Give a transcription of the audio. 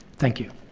thank you.